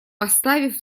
поставив